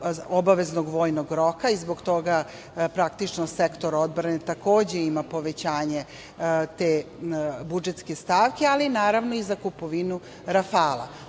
obaveznog vojnog roka i zbog toga praktično sektor odbrane takođe ima povećanje te budžetske stavke, ali naravno i za kupovinu Rafala. Ono